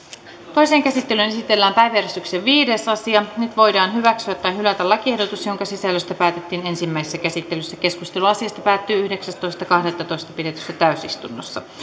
toiseen käsittelyyn esitellään päiväjärjestyksen viides asia nyt voidaan hyväksyä tai hylätä lakiehdotus jonka sisällöstä päätettiin ensimmäisessä käsittelyssä keskustelu asiasta päättyi yhdeksästoista kahdettatoista kaksituhattakuusitoista pidetyssä täysistunnossa